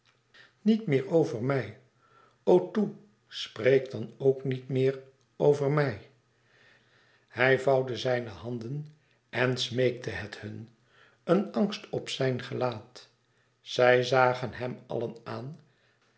niet meer over mij o toe spreek dan ook niet meer over mij hij vouwde zijne handen en smeekte het hun een angst op zijn louis couperus extaze een boek van geluk gelaat zij zagen hem allen aan